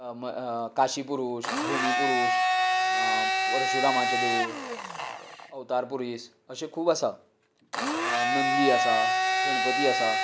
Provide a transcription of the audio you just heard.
काशी पुरुष भुमी पुरुष परशुरामाचे देवूळ अवतार पुरिस अशें खूब आसात नंदी आसा गणपती आसा